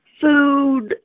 food